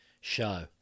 show